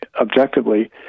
objectively